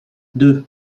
deux